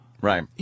Right